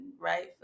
right